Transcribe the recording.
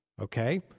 Okay